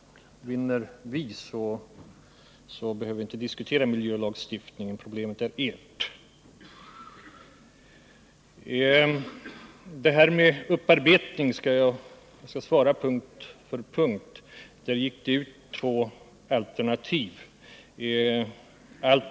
Vinner vi, så behöver vi inte diskutera miljölagstiftningen. Problemet är ert. När det gäller frågorna om upparbetning vill jag svara, att där fanns det från början två alternativ.